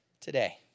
today